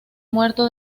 muerto